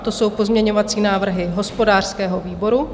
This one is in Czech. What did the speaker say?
To jsou pozměňovací návrhy hospodářského výboru.